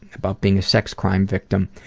about being a sex crime victim,